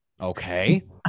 Okay